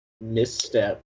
misstep